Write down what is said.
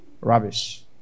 Rubbish